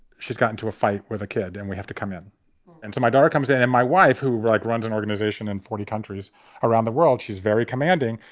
she's got into a fight with a kid and we have to come in and so my daughter comes in and my wife, who like runs an and organization in forty countries around the world, she's very commanding.